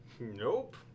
Nope